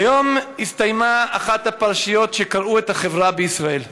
היום הסתיימה אחת הפרשיות שקרעו את החברה בישראל.